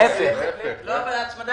להפך, להפך.